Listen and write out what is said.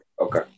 Okay